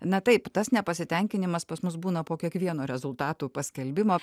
na taip tas nepasitenkinimas pas mus būna po kiekvieno rezultatų paskelbimo